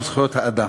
זכויות האדם.